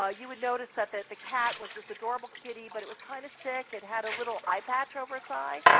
ah you would notice that that the cat was this adorable kitty, but it was kind of sick, it had a little eye patch over its eye.